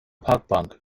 parkbank